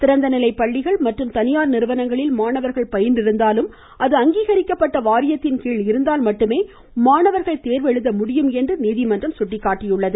திறந்தநிலை பள்ளிகள் மற்றும் தனியார் நிறுவனங்களில் மாணவர்கள் பயின்று இருந்தாலும் அது அங்கீகரிக்கப்பட்ட வாரியத்தின்கீழ் இருந்தால் மட்டுமே மாணவர்கள் தேர்வு எழுத முடியும் என்று நீதிமன்றம் சுட்டிக்காட்டியுள்ளது